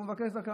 הוא מבקש צדקה.